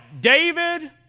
David